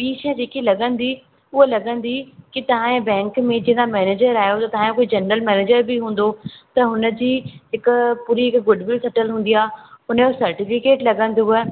ॿी शइ जेकी लॻंदी उहा लॻंदी की तव्हांजे बैंक में जिन मेनेजर आहियो तव्हांजे जनरल मेनेजर बि हूंदो त हुन जी हिकु पूरी हिकु गुडविल ठहियलु हूंदी आहे उन जो सेटिफिकेट लॻंदव